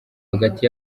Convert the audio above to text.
hagati